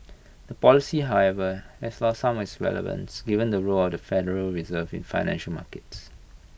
the policy however has lost some of its relevance given the role of the federal reserve in financial markets